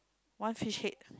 one fish head